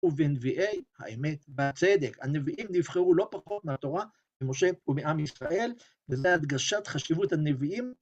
ובנביאי האמת והצדק. הנביאים נבחרו לא פחות מהתורה ממשה ומעם ישראל, וזה הדגשת חשיבות הנביאים.